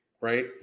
Right